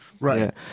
Right